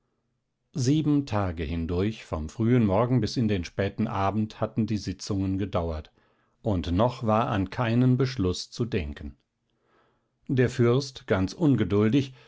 sieben tage hindurch vom frühen morgen bis in den späten abend hatten die sitzungen gedauert und noch war an keinen beschluß zu denken der fürst ganz ungeduldig